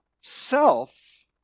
self